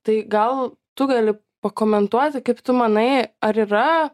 tai gal tu gali pakomentuoti kaip tu manai ar yra